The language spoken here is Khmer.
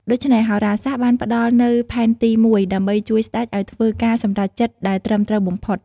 ដូច្នេះ ហោរាសាស្ត្របានផ្តល់នូវផែនទីមួយដើម្បីជួយស្តេចឲ្យធ្វើការសម្រេចចិត្តដែលត្រឹមត្រូវបំផុត។